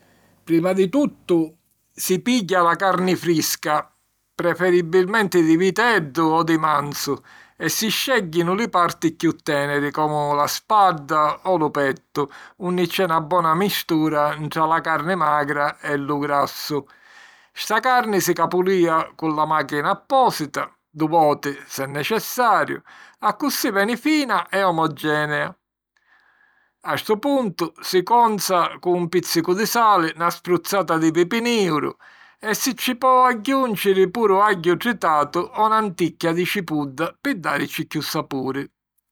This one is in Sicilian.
Prima di tuttu, si pigghia la carni frisca, preferibilmenti di viteddu o di manzu, e si scègghinu li parti chiù tèneri, comu la spadda o lu pettu, unni c’è na bona mistura ntra la carni magra e lu grassu. Sta carni si capulìa cu la màchina appòsita, du' voti s’è necessariu, accussì veni fina e omogenea. A stu puntu, si conza cu un pìzzicu di sali, na spruzzata di pipi nìuru, e si ci po agghiùnciri puru agghiu tritatu o ’n anticchia di cipudda pi dàrici chiù sapuri.